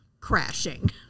crashing